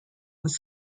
was